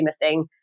missing